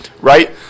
Right